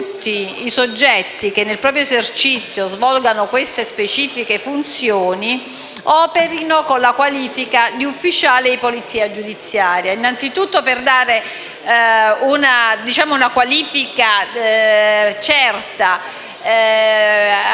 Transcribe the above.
tutti i soggetti che nel proprio esercizio svolgono queste specifiche funzioni operino con la qualifica di ufficiale di polizia giudiziaria. Ciò innanzitutto per dare una qualifica certa a questi